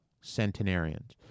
centenarians